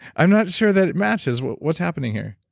i'm not sure that it matches. what's happening here?